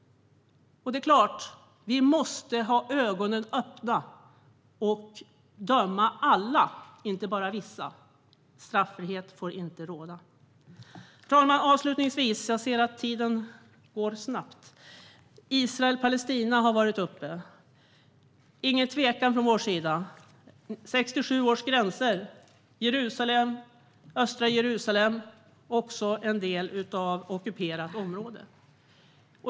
Det är klart att vi måste ha ögonen öppna och döma alla och inte bara vissa. Straffrihet får inte råda. Herr talman! Jag ser att talartiden går snabbt. Frågan om Israel och Palestina har tagits upp. Det råder ingen tvekan från vår sida när det gäller 1967 års gränser. Östra Jerusalem är också en del av ockuperat område.